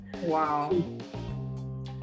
Wow